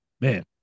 Man